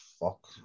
Fuck